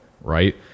right